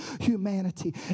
humanity